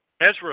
Ezra